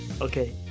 Okay